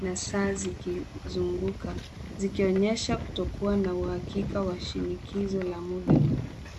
na saa zikizunguka zikionyesha kutokuwa na uhakika wa shinikizo la muda.